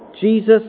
Jesus